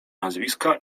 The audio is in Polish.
nazwiska